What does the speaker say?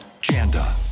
Chanda